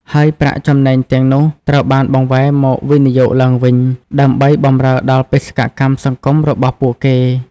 ហើយប្រាក់ចំណេញទាំងនោះត្រូវបានបង្វែរមកវិនិយោគឡើងវិញ ដើម្បីបម្រើដល់បេសកកម្មសង្គមរបស់ពួកគេ ។